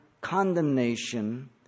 condemnation